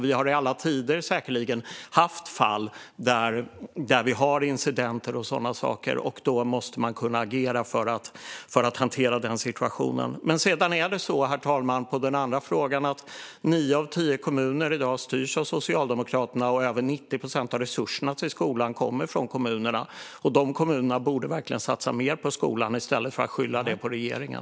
Vi har säkerligen i alla tider haft fall med incidenter, och man måste kunna agera för att hantera sådana situationer. Herr talman! Vad gäller den andra frågan styrs nio av tio kommuner av Socialdemokraterna, och 90 procent av resurserna till skolorna kommer från kommunerna. De borde verkligen satsa mer på skolan i stället för att skylla på regeringen.